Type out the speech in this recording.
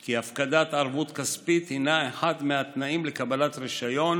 כי הפקדת ערבות כספית הינה אחד התנאים לקבלת רישיון